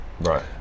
right